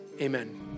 Amen